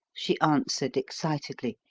she answered excitedly.